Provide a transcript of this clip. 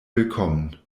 willkommen